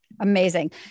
Amazing